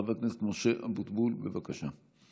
חבר הכנסת משה אבוטבול, בבקשה.